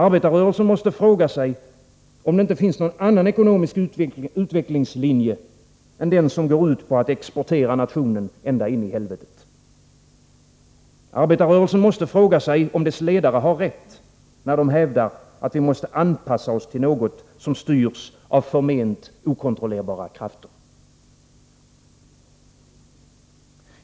Arbetarrörelsen måste fråga sig, om det inte finns någon annan ekonomisk utvecklingslinje än den som går ut på att exportera nationen ända in i helvetet. Arbetarrörelsen måste fråga sig, om dess ledare har rätt när de hävdar, att vi måste anpassa oss till något som styrs av förment okontrollerbara krafter.